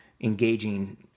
engaging